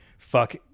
Fuck